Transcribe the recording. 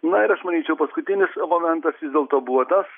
na ir aš manyčiau paskutinis momentas vis dėlto buvo tas